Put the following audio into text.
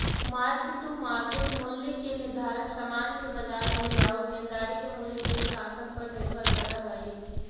mark to market मूल्य के निर्धारण समान के बाजार मूल्य आउ देनदारी के मूल्य के लेखांकन पर निर्भर करऽ हई